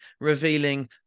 revealing